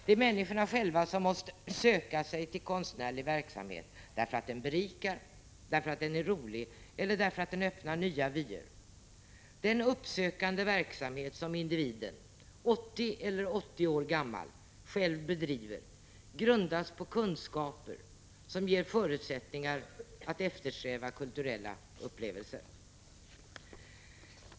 Det är människorna själva som måste söka sig till konstnärlig verksamhet därför att den berikar, därför att den är rolig eller därför att den öppnar nya vyer. Den uppsökande verksamhet som individen, 8 eller 80 år gammal, själv bedriver grundas på kunskaper som ger förutsättningar att eftersträva kulturella upplevelser.